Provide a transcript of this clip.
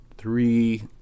three